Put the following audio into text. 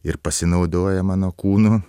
ir pasinaudoja mano kūnu